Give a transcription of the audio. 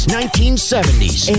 1970s